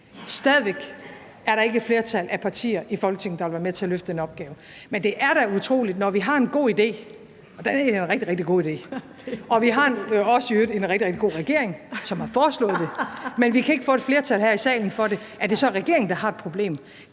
væk er der ikke et flertal af partier i Folketinget, der vil være med til at løfte den opgave. Men det er da utroligt, at vi, når vi har en god idé – og det her er en rigtig, rigtig god idé – og vi i øvrigt også har en rigtig, rigtig god regering, som har foreslået det, så ikke kan få et flertal her i salen for det. Er det så regeringen, der har et problem?